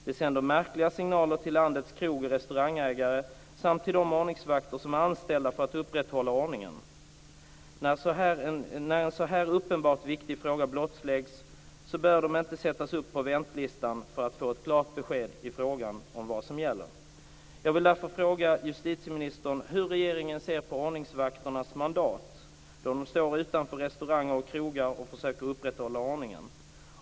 Det sänder märkliga signaler till landets krog och restaurangägare samt till de ordningsvakter som är anställda för att upprätthålla ordningen. När en så här uppenbart viktig fråga blottläggs behöver de inte sättas upp på väntelistan för att få ett klart besked i fråga om vad som gäller. Jag vill därför fråga justitieministern hur regeringen ser på ordningsvakternas mandat. De står utanför restauranger och krogar och försöker upprätthålla ordningen.